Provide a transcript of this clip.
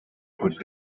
could